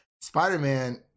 Spider-Man